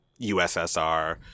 USSR